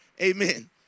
amen